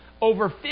Over